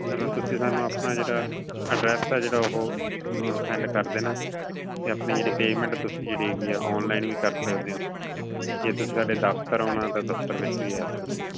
ਚਲੋ ਤੁਸੀਂ ਸਾਨੂੰ ਆਪਣਾ ਜਿਹੜਾ ਐਡਰੈਸ ਆ ਜਿਹੜਾ ਉਹ ਸੈਂਡ ਕਰ ਦੇਣਾ ਅਤੇ ਆਪਣੀ ਜਿਹੜੀ ਪੇਮੈਂਟ ਤੁਸੀਂ ਜਿਹੜੀ ਹੈਗੀ ਆ ਆਨਲਾਈਨ ਵੀ ਕਰ ਸਕਦੇ ਹੋ ਜੇ ਤੁਸੀਂ ਸਾਡੇ ਦਫਤਰ ਆਉਣਾ ਤਾਂ ਦਫਤਰ ਵਿੱਚ ਵੀ ਆ ਸਕਦੇ ਹੋ